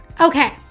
Okay